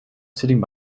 sitting